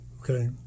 Okay